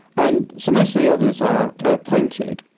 and so most of the others are are appointed,